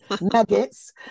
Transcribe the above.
nuggets